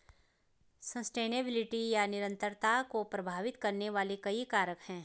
sustainability या निरंतरता को प्रभावित करने वाले कई कारक हैं